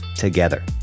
Together